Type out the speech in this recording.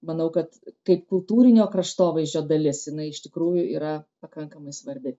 manau kad kaip kultūrinio kraštovaizdžio dalis jinai iš tikrųjų yra pakankamai svarbi